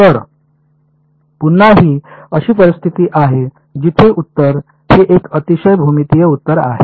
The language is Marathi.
तर पुन्हा ही अशी परिस्थिती आहे जिथे उत्तर हे एक अतिशय भूमितीय उत्तर आहे